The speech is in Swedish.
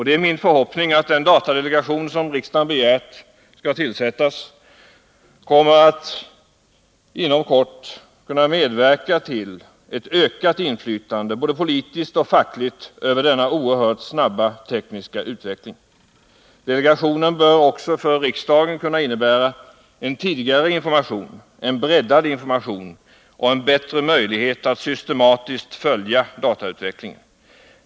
Det är min förhoppning att den datadelegation som riksdagen begärt skall tillsättas inom kort kommer att kunna medverka till ett ökat inflytande både politiskt och fackligt över denna oerhört snabba tekniska utveckling. Delegationen bör också för riksdagen kunna innebära en tidigare och breddad information samt en bättre möjlighet att systematiskt följa datautvecklingen.